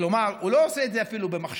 כלומר הוא אפילו לא עושה את זה במחשכים.